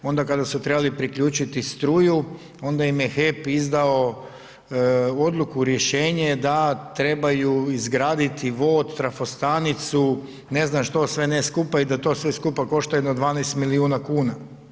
Onda kada su trebali priključiti struju onda im je HEP izdao odluku, rješenje da trebaju izgraditi vod, trafostanicu, ne znam što sve ne skupa i da to sve skupa košta jedno 12 milijuna kuna.